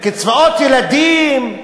קצבאות ילדים,